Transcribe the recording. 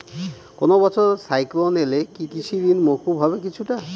কোনো বছর সাইক্লোন এলে কি কৃষি ঋণ মকুব হবে কিছুটা?